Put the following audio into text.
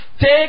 Take